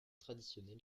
traditionnelle